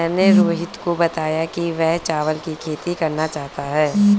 मैंने रोहित को बताया कि वह चावल की खेती करना चाहता है